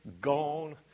gone